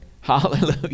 Hallelujah